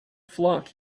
flock